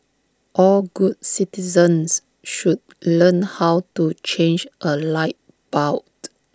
all good citizens should learn how to change A light buld